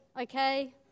Okay